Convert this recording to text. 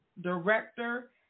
director